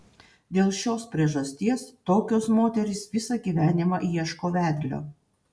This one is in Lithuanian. dėl šios priežasties tokios moterys visą gyvenimą ieško vedlio